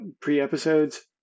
pre-episodes